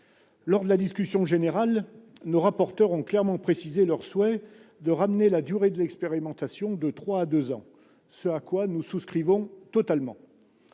Lors de la discussion générale, nos rapporteurs ont clairement précisé leur souhait de réduire la durée de l'expérimentation de trois ans à deux ans, ce à quoi nous souscrivons totalement.